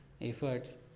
Efforts